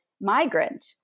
migrant